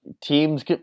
teams